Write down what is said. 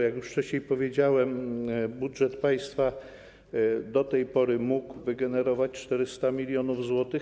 Jak już wcześniej powiedziałem, budżet państwa do tej pory mógł wygenerować 400 mln zł.